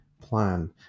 plan